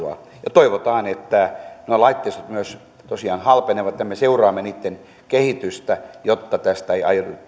toivotaan että nuo laitteistot myös tosiaan halpenevat me seuraamme niitten kehitystä jotta tästä ei aiheudu liian